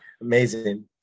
Amazing